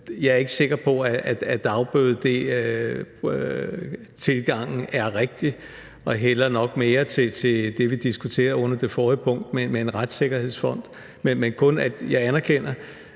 Jeg er ikke sikker på, at dagbødetilgangen er rigtig, og jeg hælder nok mere til det, vi diskuterede under det forrige punkt, med en retssikkerhedsfond. Men jeg anerkender,